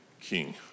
king